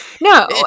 No